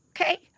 okay